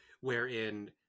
wherein